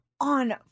on